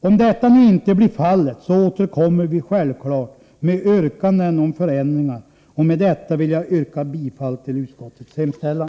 Om detta inte blir fallet, återkommer vi självklart med yrkanden om förändringar. Med detta vill jag yrka bifall till utskottets hemställan.